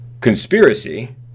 Conspiracy